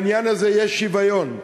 בעניין הזה יש שוויון.